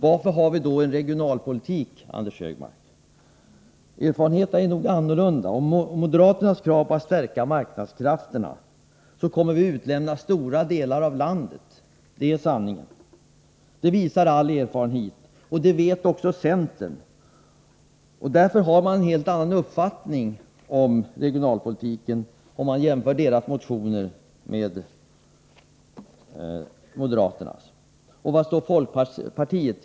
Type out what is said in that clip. Varför har vi då en regionalpolitik, Anders Högmark? Erfarenheterna är nog annorlunda, och moderaternas krav på att stärka marknadskrafterna innebär att vi skulle utlämna stora delar av landet. Detta är sanningen, det visar all erfarenhet, och det vet också centern. Därför har centern en helt annan uppfattning i regionalpolitiska frågor; det märker man om man jämför centerns motioner med moderaternas. Varstår folkpartiet?